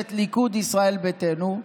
בממשלת ליכוד-ישראל ביתנו.